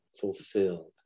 fulfilled